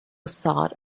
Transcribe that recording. sought